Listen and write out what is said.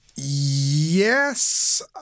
Yes